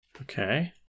okay